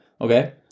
okay